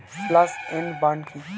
Slash and burn কি?